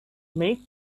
make